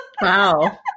Wow